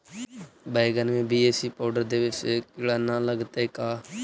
बैगन में BAC powder देबे से किड़ा न लगतै का?